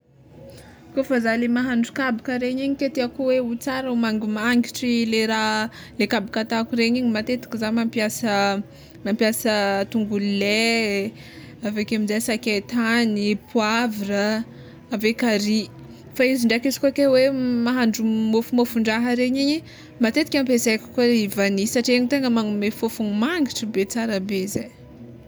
Kôfa zah le mahandro kabaka regny igny ke tiako hoe ho tsara ho magnimangitry le raha le kabaka ataoko regny igny matetiky zah mampiasa mampiasa tongolo ley, sakaitany, poavra ave kary; fa izy ndraiky izy koa ke hoe mahandro môfomôfondraha regny igny matetiky ampiasaiko koa i vania satria io tegna magnome fofogny mangitry be tsara be zagny.